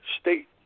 state